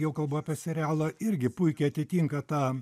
jau kalbu apie serialą irgi puikiai atitinka tą